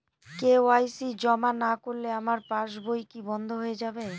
KYC জমা না করলে আমার পাসবই কি বন্ধ হয়ে যাবে?